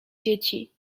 dzieci